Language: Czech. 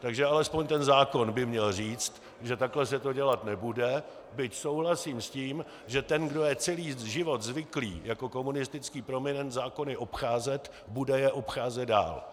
Takže alespoň zákon by měl říct, že takto se to dělat nebude, byť souhlasím s tím, že ten, kdo je celý život zvyklý jako komunistický prominent zákony obcházet, bude je obcházet dál.